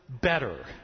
better